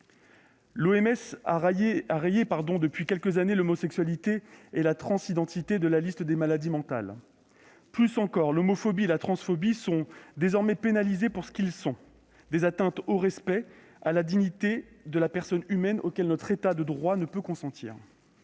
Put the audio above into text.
L'OMS a rayé depuis quelques années l'homosexualité et la transidentité de la liste des maladies mentales. Plus encore, l'homophobie et la transphobie sont désormais pénalisées pour ce qu'elles sont : des atteintes au respect et à la dignité de la personne humaine auxquelles notre état de droit ne peut consentir.